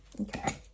Okay